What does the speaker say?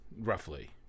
roughly